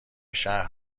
شهر